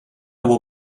will